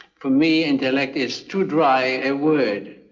for me, intellect is too dry a word.